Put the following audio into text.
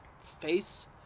face